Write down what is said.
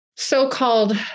so-called